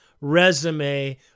resume